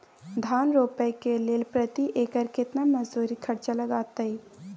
धान रोपय के लेल प्रति एकर केतना मजदूरी खर्चा लागतेय?